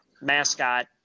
mascot